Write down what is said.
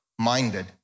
minded